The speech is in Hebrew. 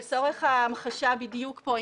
לצורך ההמחשה בדיוק פה,